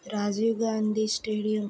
Rajiv Gandhi stadium